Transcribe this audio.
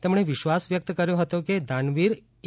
તેમણે વિશ્વાસ વ્યક્ત કર્યો હતો કે દાનવીર ઍ